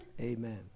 Amen